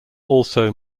also